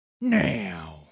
Now